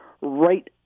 right